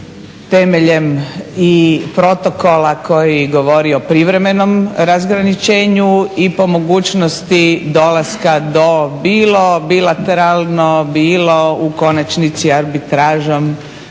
temeljem i protokola koji govori o privremenom razgraničenju i po mogućnosti dolaska do bilo bilateralno, bilo u konačnici arbitražom